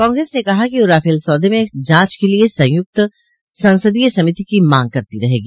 कांग्रेस ने कहा है कि वह राफल सौदे में जांच के लिए संयुक्त संसदीय समिति की मांग करती रहेगी